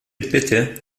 bitte